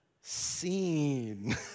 seen